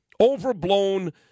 Overblown